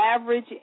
average